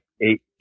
eight